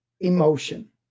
emotion